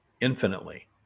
infinitely